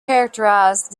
characterized